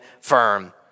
firm